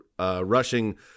rushing